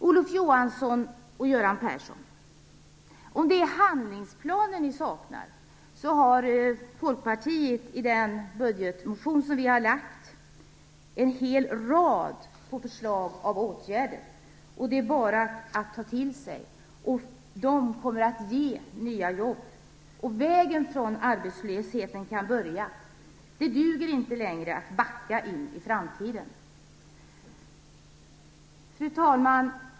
Olof Johansson och Göran Persson, om det är handlingsplaner som ni saknar, så har Folkpartiet i den budgetmotion vi har lagt fram en hel rad åtgärder på förslag. Det är bara att ta till sig dem. De kommer att ge nya jobb, och vägen från arbetslösheten kan börja. Det duger inte längre att backa in i framtiden. Fru talman!